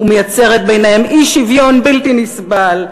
ומייצרת ביניהם אי-שוויון בלתי נסבל,